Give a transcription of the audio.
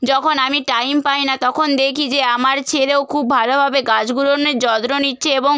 যখন আমি টাইম পাই না তখন দেখি যে আমার ছেলেও খুব ভালোভাবে গাছগুলোনের যত্ন নিচ্ছে এবং